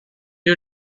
you